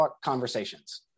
Conversations